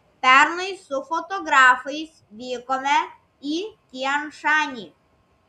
pernai su fotografais vykome į tian šanį